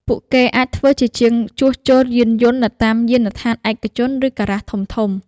ពួកគេអាចធ្វើការជាជាងជួសជុលយានយន្តនៅតាមយានដ្ឋានឯកជនឬការ៉ាសធំៗ។